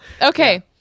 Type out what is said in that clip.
Okay